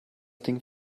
ding